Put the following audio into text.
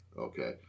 Okay